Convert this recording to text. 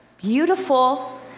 beautiful